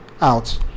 out